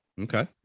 Okay